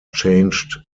changed